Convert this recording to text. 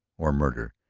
or murder.